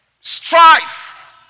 strife